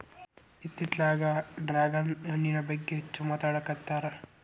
ಇತ್ತಿತ್ತಲಾಗ ಡ್ರ್ಯಾಗನ್ ಹಣ್ಣಿನ ಬಗ್ಗೆ ಹೆಚ್ಚು ಮಾತಾಡಾಕತ್ತಾರ